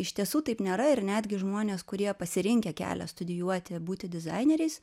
iš tiesų taip nėra ir netgi žmonės kurie pasirinkę kelią studijuoti būti dizaineriais